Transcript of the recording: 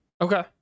Okay